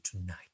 tonight